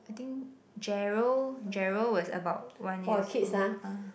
I think Gerald Gerald was about one years old uh